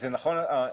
אין ספק,